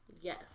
Yes